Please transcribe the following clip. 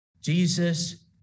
Jesus